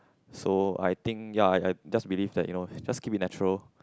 so I think ya I I just believe that you know just keep it natural